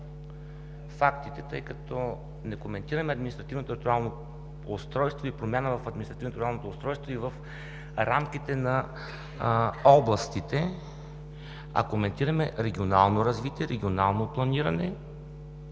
с фактите. Не коментираме административно-териториално устройство и промяна в административно-териториалното устройство в рамките на областите, а коментираме регионално развитие, регионално планиране.